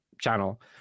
channel